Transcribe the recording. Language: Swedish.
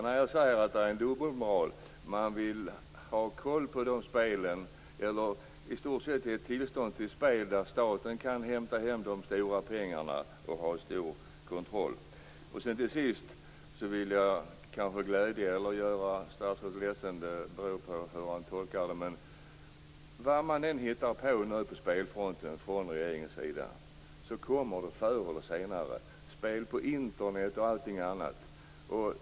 När jag säger att det är dubbelmoral menar jag att man i stort sett vill ge tillstånd till de spel där staten kan hämta hem de stora pengarna och ha stor kontroll. Till sist vill jag glädja statsrådet - eller göra honom ledsen; det beror på hur han tolkar det - med att vad regeringen än gör på spelfronten kommer det förr eller senare andra spel på Internet m.m.